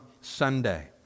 Sunday